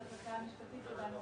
אני מהמחלקה המשפטית של בנק